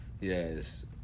Yes